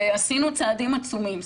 ועשינו צעדים עצומים.